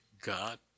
God